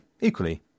Equally